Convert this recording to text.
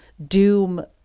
doom